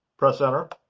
press enter